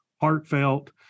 heartfelt